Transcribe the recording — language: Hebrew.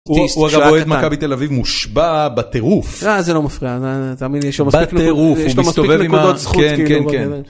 ‫הוא אגב אוהד מכבי תל אביב ‫מושבע בטירוף. ‫זה לא מפריע, תאמין לי, ‫יש לו מספיק נקודות זכות כאילו.